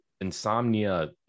insomnia